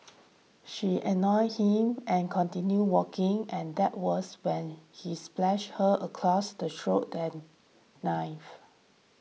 she ignored him and continued walking and that was when he slashed her across the throat the knife